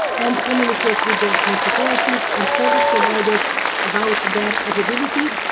and communicate with their constituencies and service providers about their availability.